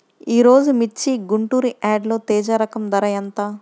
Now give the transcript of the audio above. ఈరోజు మిర్చి గుంటూరు యార్డులో తేజ రకం ధర ఎంత?